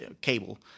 cable